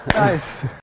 nice!